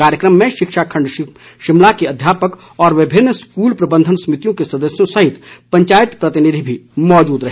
कार्यक्रम में शिक्षा खण्ड शिमला के अध्यापक और विभिन्न स्कूल प्रबंधन समितियों के सदस्यों सहित पंचायत प्रतिनिधि भी मौजूद रहे